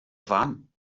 wann